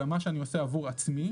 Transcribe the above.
אלא מה שאני עושה עבור עצמי,